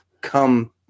come